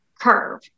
curve